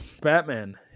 Batman